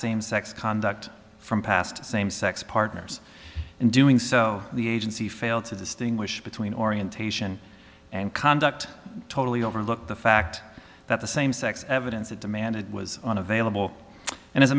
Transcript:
same sex conduct from past same sex partners in doing so the agency failed to distinguish between orientation and conduct totally overlooked the fact that the same sex evidence that demanded was unavailable and as a